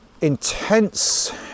intense